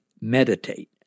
meditate